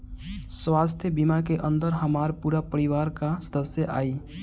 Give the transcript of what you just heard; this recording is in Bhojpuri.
स्वास्थ्य बीमा के अंदर हमार पूरा परिवार का सदस्य आई?